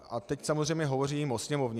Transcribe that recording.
A teď samozřejmě hovořím o Sněmovně.